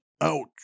Ouch